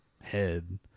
head